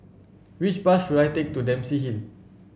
which bus should I take to Dempsey Hill